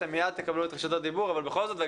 אתם מיד תקבלו את רשות הדיבור אבל מיד